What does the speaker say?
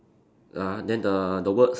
ah then the the words